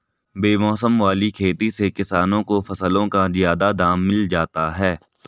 बेमौसम वाली खेती से किसानों को फसलों का ज्यादा दाम मिल जाता है